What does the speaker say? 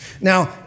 Now